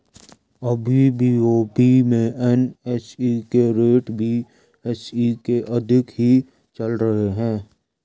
अभी बी.ओ.बी में एन.एस.ई के रेट बी.एस.ई से अधिक ही चल रहे हैं